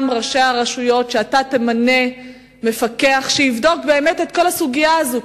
שאתה תמנה מפקח שיבדוק את כל הסוגיה הזאת.